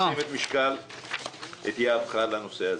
משקלך על הנושא הזה.